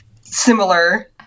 similar